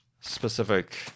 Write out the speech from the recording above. specific